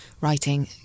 writing